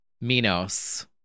Minos